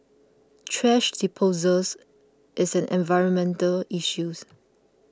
thrash disposals is an environmental issues